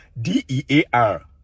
d-e-a-r